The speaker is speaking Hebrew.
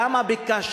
כמה ביקשנו,